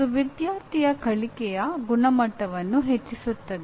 ಅದು ವಿದ್ಯಾರ್ಥಿಯ ಕಲಿಕೆಯ ಗುಣಮಟ್ಟವನ್ನು ಹೆಚ್ಚಿಸುತ್ತದೆ